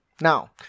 Now